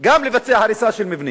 גם לבצע הריסה של מבנים,